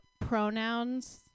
pronouns